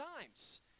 times